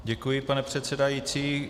Děkuji, pane předsedající.